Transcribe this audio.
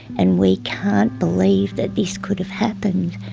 and we can't believe that this could have happened,